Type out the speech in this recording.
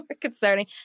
concerning